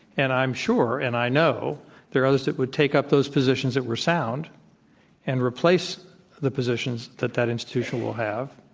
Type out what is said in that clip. and i'm sure and i know there are others that would take up those positions that were sound and replace the positions that that institution will have,